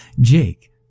Jake